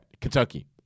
Kentucky